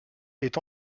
est